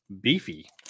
beefy